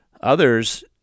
Others